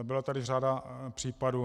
Byla tady řada případů.